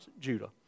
Judah